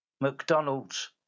McDonald's